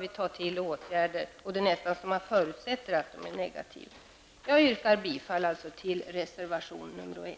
vidta åtgärder -- det är nästan så att man förutsätter att den skall bli negativ. Jag yrkar alltså bifall till reservation nr 1.